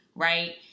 Right